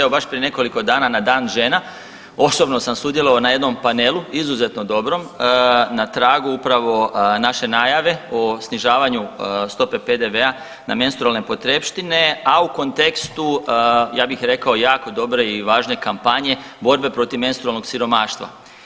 Evo baš prije nekoliko dana na dan žena osobno sam sudjelovao na jednom panelu izuzetno dobrom na tragu upravo naše najave o snižavanju stope PDV-a ne menstrualne potrepštine, a u kontekstu ja bih rekao jako dobre i važne kampanje borbe protiv menstrualnog siromaštva.